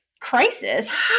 crisis